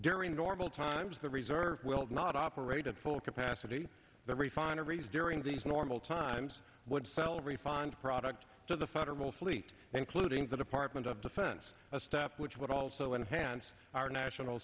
during normal times the reserve will not operate at full capacity the refineries during these normal times would sell refined product to the father well fleet including the department of defense a step which would also enhance our national